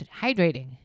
hydrating